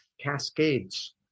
cascades